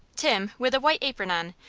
tim, with a white apron on,